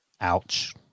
ouch